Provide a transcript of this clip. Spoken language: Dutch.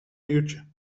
uurtje